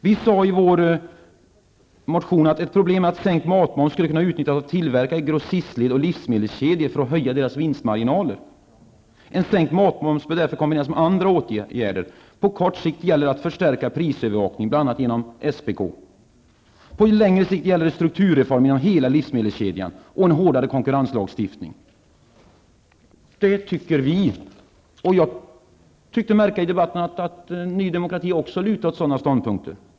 Vi sade i vår motion att ett problem är att sänkt matmoms skulle kunna utnyttjas av tillverkare, grossistled och livsmedelskedjor för att höja deras vinstmarginaler. En sänkt matmoms bör därför kombineras med andra åtgärder. På kort sikt gäller det att förstärka prisövervakningen, bl.a. genom SPK. På längre sikt gäller det strukturreformer inom hela livsmedelskedjan och en hårdare konkurrenslagstiftning. Så tycker vi. Jag tyckte mig i debatten märka att Ny Demokrati också lutade åt sådana ståndpunkter.